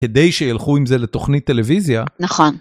כדי שילכו עם זה לתוכנית טלוויזיה. נכון.